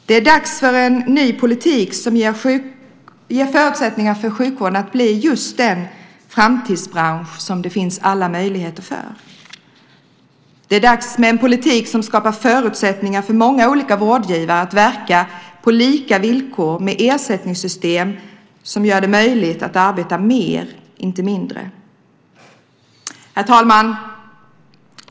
Det är dags för en ny politik som ger förutsättningar för sjukvården att bli just den framtidsbransch som det finns alla möjligheter för. Det är dags för en politik som skapar förutsättningar för många olika vårdgivare att verka på lika villkor, med ersättningssystem som gör det möjligt att arbeta mer, inte mindre. Herr talman!